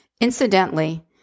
Incidentally